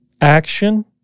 action